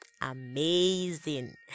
Amazing